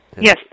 Yes